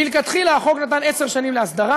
מלכתחילה החוק נתן עשר שנים להסדרה.